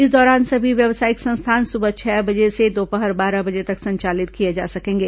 इस दौरान सभी व्यावसायिक संस्थान सुबह छह बजे से दोपहर बारह बजे तक संचालित किए जा सकेंगे